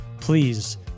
please